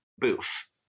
boof